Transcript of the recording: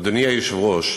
אדוני היושב-ראש,